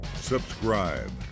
subscribe